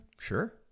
Sure